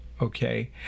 Okay